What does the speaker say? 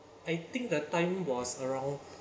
I think the time was around